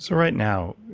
so right now,